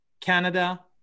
Canada